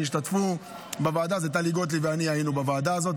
שהשתתפו בוועדה,